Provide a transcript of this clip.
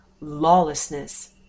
lawlessness